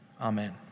Amen